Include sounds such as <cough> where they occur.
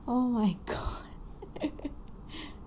oh my god <laughs>